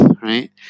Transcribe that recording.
right